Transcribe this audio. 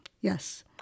yes